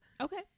Okay